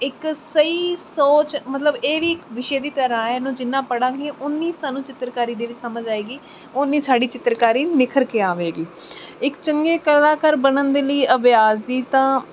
ਇੱਕ ਸਹੀ ਸੋਚ ਮਤਲਬ ਇਹ ਵੀ ਇੱਕ ਵਿਸ਼ੇ ਦੀ ਤਰ੍ਹਾਂ ਹੈ ਇਹਨੂੰ ਜਿੰਨਾ ਪੜ੍ਹਾਂਗੇ ਓਨੀ ਸਾਨੂੰ ਚਿੱਤਰਕਾਰੀ ਦੇ ਵਿੱਚ ਸਮਝ ਆਏਗੀ ਓਨੀ ਸਾਡੀ ਚਿੱਤਰਕਾਰੀ ਨਿਖਰ ਕੇ ਆਵੇਗੀ ਇੱਕ ਚੰਗੇ ਕਲਾਕਾਰ ਬਣਨ ਦੇ ਲਈ ਅਭਿਆਸ ਦੀ ਤਾਂ